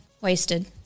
wasted